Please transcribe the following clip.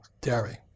dairy